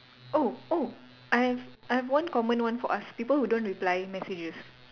oh oh I have I've one common one for us people who don't reply messages